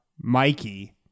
Mikey